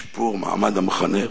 שיפור מעמד המחנך,